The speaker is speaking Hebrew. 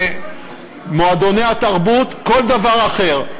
מועדוני התרבות, כל דבר אחר.